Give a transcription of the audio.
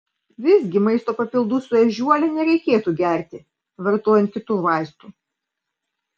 visgi maisto papildų su ežiuole nereikėtų gerti vartojant kitų vaistų